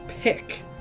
pick